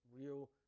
real